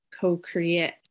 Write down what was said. co-create